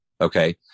okay